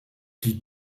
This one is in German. die